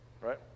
right